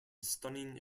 stunning